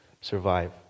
survive